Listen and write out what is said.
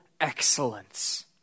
excellence